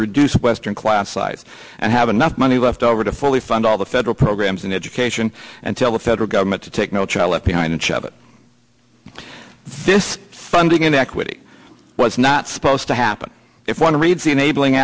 reduce western class size and have enough money left over to fully fund all the federal programs in education and tell the federal government to take no child left behind and shove it this funding inequity was not supposed to happen if one reads the